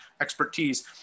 expertise